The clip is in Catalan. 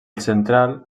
central